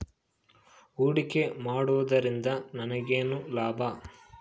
ಹೂಡಿಕೆ ಮಾಡುವುದರಿಂದ ನನಗೇನು ಲಾಭ?